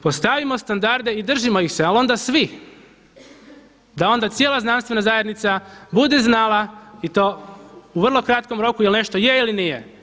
Postavimo standarde i držimo ih se, ali onda svih, da onda cijela znanstvena zajednica bude znala i to u vrlo kratkom roku jel' nešto je ili nije.